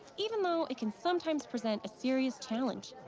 even though it can sometimes present a serious challenge.